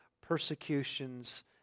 persecutions